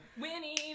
Winnie